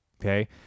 Okay